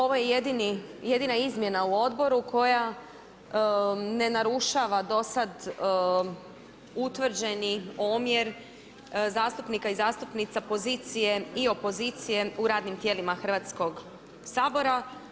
Ovo je jedina izmjena u odboru koja ne narušava dosad utvrđeni omjer zastupnika i zastupnica pozicije i opozicije u radnim tijelima Hrvatskog sabora.